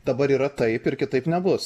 dabar yra taip ir kitaip nebus